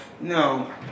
No